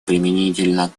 применительно